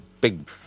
big